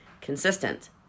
consistent